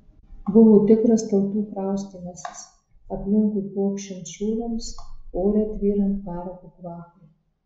buvo tikras tautų kraustymasis aplinkui pokšint šūviams ore tvyrant parako kvapui